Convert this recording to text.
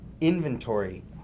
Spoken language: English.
inventory